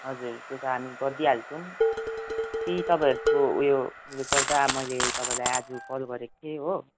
हजुर त्यो त हामी गरिदिइहाल्छौँ त्यही तपाईँहरूको उयो गर्दा मैले तपाईँलाई आज कल गरेको थिएँ हो